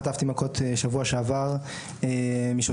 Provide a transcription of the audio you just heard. חטפתי מכות בשבוע שעבר משוטרים.